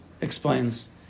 explains